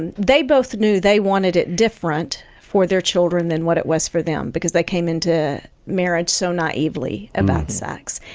and they both knew they wanted it different for their children than what is was for them, because they came into marriage so naively about sex,